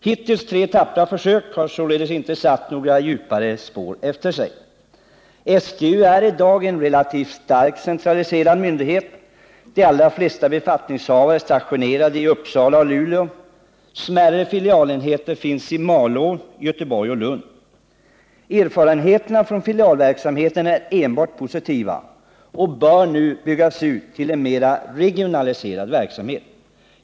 Hittills tre tappra försök har således inte satt några djupare spår efter sig. SGU är i dag en relativt starkt centraliserad myndighet. De allra flesta befattningshavare är stationerade i Uppsala och Luleå. Smärre filialenheter finns i Malå, Göteborg och Lund. Erfarenheterna från filialverksamheten är enbart positiva, och man bör nu bygga ut till en mera regionaliserad verksamhet.